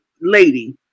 Lady